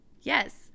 yes